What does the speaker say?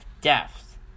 deaths